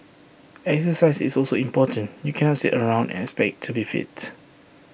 exercise is also important you cannot sit around and expect to be fit